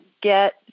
get